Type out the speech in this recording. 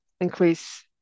increase